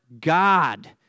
God